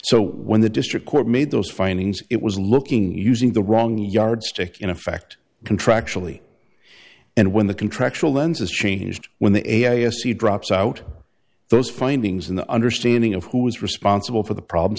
so when the district court made those findings it was looking using the wrong yardstick in effect contractually and when the contractual lens is changed when the a s c drops out those findings in the understanding of who is responsible for the problems